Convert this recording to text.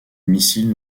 missiles